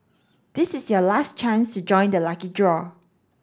this is your last chance to join the lucky draw